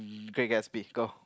um great gasby go